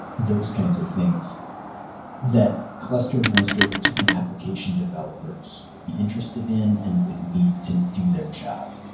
those kinds of things that cluster administrators and application developers would be interested in and would need to do their job.